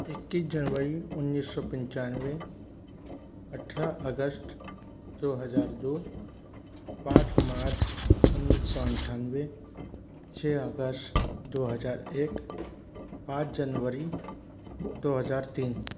इक्कीस जनवरी उन्नीस सौ पिचानवे अठारह अगस्त दो हजार दो पाँच मार्च उन्नीस सौ अट्ठानवे छः अगस्त दो हजार एक पाँच जनवरी दो हजार तीन